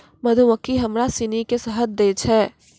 मधुमक्खी हमरा सिनी के शहद दै छै